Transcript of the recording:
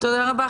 תודה רבה.